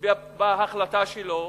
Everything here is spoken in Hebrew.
בהחלטה שלו